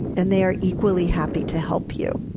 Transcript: and they are equally happy to help you.